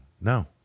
no